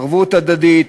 ערבות הדדית,